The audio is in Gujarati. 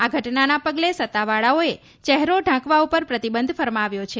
આ ઘટનાના પગલે સત્તાવાળાઓએ ચહેરો ઢાંકવા ઉપર પ્રતિબંધ ફરમાવ્યો છે